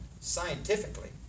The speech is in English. scientifically